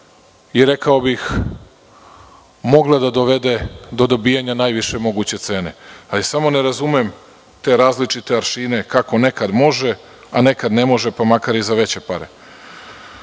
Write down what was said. i, rekao bih, moglo da dovede do dobijanja najviše moguće cene. Ali, samo ne razumem te različite aršine, kako nekad može, a nekad ne može, pa makar i za veće pare. Što